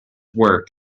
work